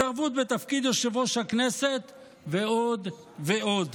התערבות בתפקיד יושב-ראש הכנסת ועוד ועוד.